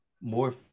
more